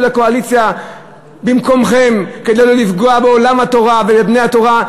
לקואליציה במקומכם כדי לא לפגוע בעולם התורה ובבני התורה,